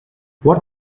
what